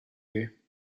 you